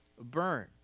burn